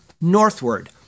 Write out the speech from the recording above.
northward